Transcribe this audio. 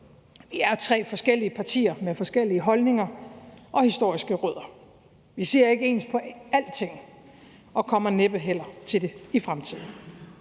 Vi er tre forskellige partier med forskellige holdninger og historiske rødder. Vi ser ikke ens på alting og kommer næppe heller til det i fremtiden,